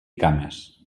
cames